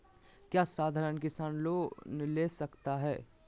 क्या साधरण किसान लोन ले सकता है?